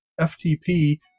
FTP